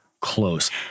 close